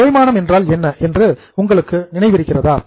தேய்மானம் என்றால் என்ன என்று உங்களுக்கு நினைவிருக்கிறதா